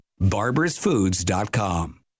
Barber'sFoods.com